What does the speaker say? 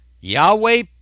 Yahweh